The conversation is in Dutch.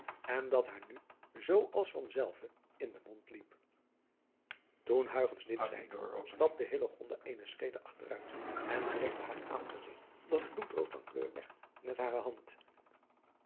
en dat haar nu zoo als van zelve in den mond liep oen dit zeide stapte eene schrede achteruit en bedekte haar aangezigt dat bloedrood van kleur werd met hare hand